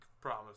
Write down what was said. promise